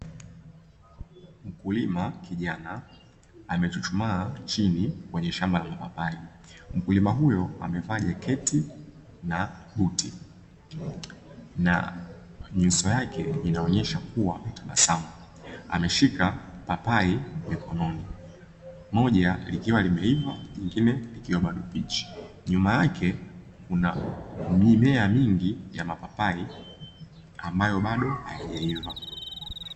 Mkulima kijana amechuchumaa chini kwenye shamba la mapapai, mkulima huyo amvaa jaketi na buti, na nyuso yake inaonesha kuwa na tabasamu, ameshika papai mkononi moja liliwa limeiva na moja likiwa bado bichi. Nyuma yake kuna mimea mingi ya mapapai ambayo bado hayajaiva.